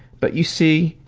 but you see,